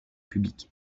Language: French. public